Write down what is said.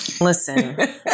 Listen